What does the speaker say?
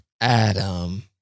Adam